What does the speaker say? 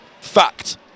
Fact